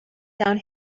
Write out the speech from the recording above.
down